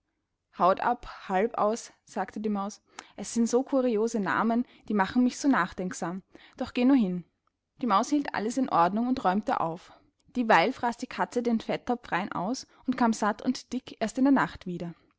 hautab halbaus sagte die maus es sind so kuriose namen die machen mich so nachdenksam doch geh nur hin die maus hielt alles in ordnung und räumte auf dieweil fraß die katze den fetttopf rein aus und kam satt und dick erst in der nacht wieder